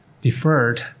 deferred